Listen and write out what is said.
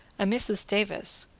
a mrs. davis,